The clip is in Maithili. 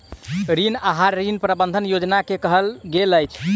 ऋण आहार, ऋण प्रबंधन योजना के कहल गेल अछि